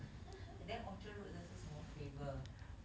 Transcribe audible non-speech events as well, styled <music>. <laughs> then orchard road 的是什么 flavour